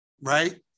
right